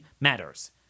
matters